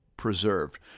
preserved